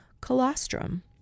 colostrum